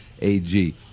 A-G